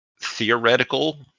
theoretical